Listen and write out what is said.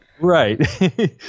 right